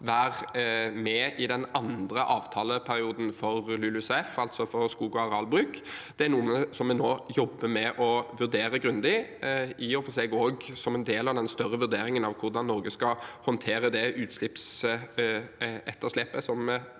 være med i den andre avtaleperioden for LULUCF, altså skog- og arealbrukssektoren, er noe vi nå jobber med og vurderer grundig, i og for seg også som en del av den større vurderingen av hvordan Norge skal håndtere det utslippsetterslepet som